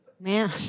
Man